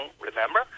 remember